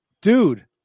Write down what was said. dude